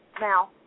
now